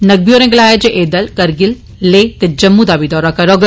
नकबी होरें गलाया जे एह दल करगिल लेह ते जम्मू दा बी दौरा करोग